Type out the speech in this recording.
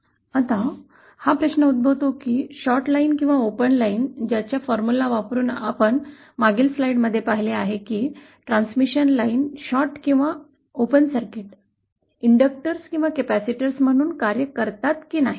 आता हा प्रश्न उद्भवतो की शॉर्ट लाइन किंवा ओपन लाईनचा फॉर्म्युला वापरुन ज्यास आपण मागील स्लाइडमध्ये पाहिले आहे की ट्रांसमिशन लाइन शॉर्ट किंवा ओपन सर्किट इंडक्टर्स किंवा कॅपेसिटर म्हणून कार्य करतात की नाही